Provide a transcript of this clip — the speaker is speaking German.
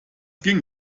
ging